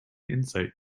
insight